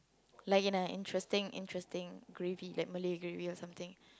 like an interesting interesting gravy that Malay grill or something